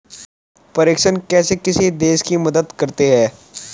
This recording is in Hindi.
प्रेषण कैसे किसी देश की मदद करते हैं?